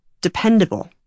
dependable